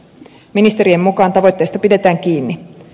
ministerien mukaan tavoitteesta pidetään kiinni